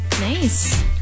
Nice